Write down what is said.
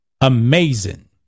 Amazing